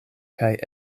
kaj